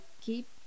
keep